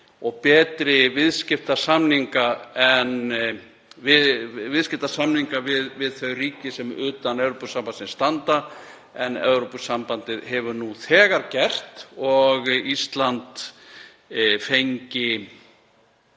og betri viðskiptasamninga við þau ríki sem utan Evrópusambandsins standa en Evrópusambandið hefur nú þegar gert og Ísland fengi